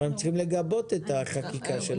הם הרי צריכים לגבות את החקיקה שלכם.